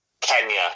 Kenya